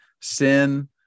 sin